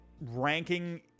ranking